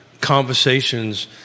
conversations